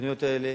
בתוכניות האלה.